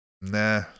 Nah